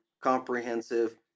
comprehensive